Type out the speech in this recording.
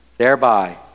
thereby